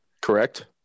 Correct